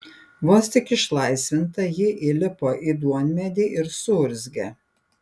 vos tik išlaisvinta ji įlipo į duonmedį ir suurzgė